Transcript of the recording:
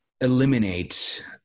eliminate